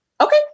Okay